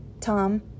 Tom